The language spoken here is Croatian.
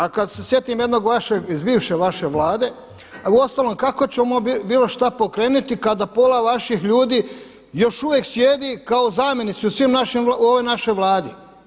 A kada se sjetim jednog vašeg iz bivše vaše vlade, a uostalom kako ćemo bilo šta pokrenuti kada pola vaših ljudi još uvijek sjedi kao zamjenici u svim našim u ovoj našoj Vladi.